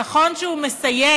נכון שהוא מסייג